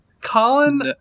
Colin